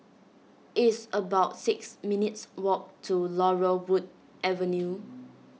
it's about six minutes' walk to Laurel Wood Avenue